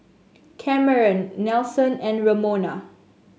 Cameron Nelson and Ramona